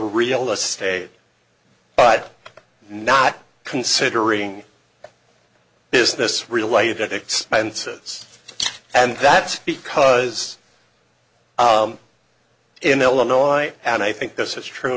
real estate but not considering business related expenses and that's because in illinois and i think this is true